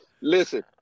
Listen